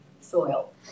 soil